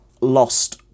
lost